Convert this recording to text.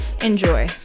Enjoy